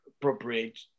appropriate